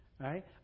Right